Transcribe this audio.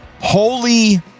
holy